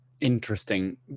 Interesting